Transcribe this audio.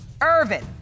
Irvin